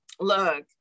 look